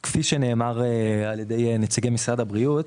כפי שנאמר על ידי נציגי משרד הבריאות,